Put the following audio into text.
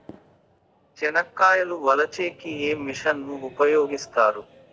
చెనక్కాయలు వలచే కి ఏ మిషన్ ను ఉపయోగిస్తారు?